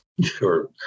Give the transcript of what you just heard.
Sure